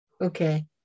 Okay